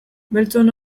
beltzon